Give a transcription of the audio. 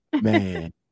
man